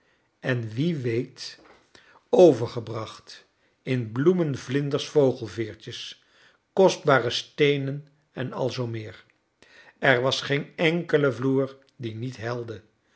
en wie weet overgebracht in bloemen vlinders vogelveertjes kostbare steenen en al zoo meer er was geen enkele vloer die niet helde